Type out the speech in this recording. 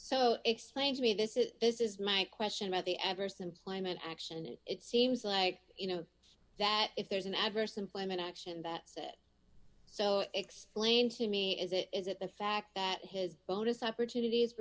so explain to me this is this is my question about the adverse employment action and it seems like you know that if there's an adverse employment action that so explain to me is it is it the fact that his bonus opportunities